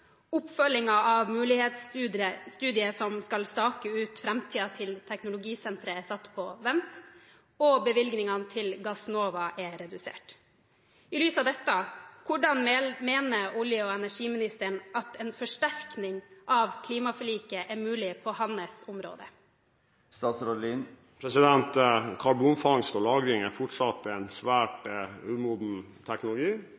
av mulighetsstudien som skal stake ut framtiden til teknologisenteret er satt på vent, og bevilgningen til Gassnova er redusert. I lys av dette: Hvordan mener olje- og energiministeren at en forsterkning av klimaforliket er mulig på hans område? Karbonfangst og -lagring er fortsatt en svært umoden teknologi.